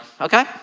okay